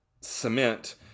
cement